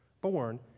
born